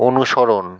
অনুসরণ